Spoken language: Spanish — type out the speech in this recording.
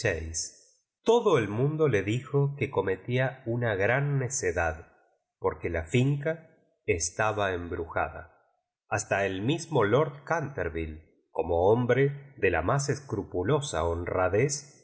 todo el mundo le dijo que cometía una gran ne cedad porque la finca estaba embrujada hasta el mismo lord canterville como hombre de la más escrupulosa honradez se